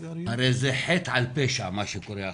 הרי זה חטא על פשע מה שקורה עכשיו.